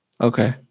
Okay